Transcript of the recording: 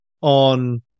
on